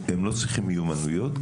הם לא צריכים מיומנות?